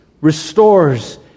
restores